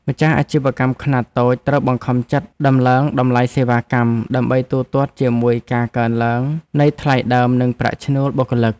ម្ចាស់អាជីវកម្មខ្នាតតូចត្រូវបង្ខំចិត្តដំឡើងតម្លៃសេវាកម្ម ដើម្បីទូទាត់ជាមួយការកើនឡើងនៃថ្លៃដើមនិងប្រាក់ឈ្នួលបុគ្គលិក។